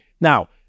Now